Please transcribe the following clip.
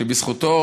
שבזכותו,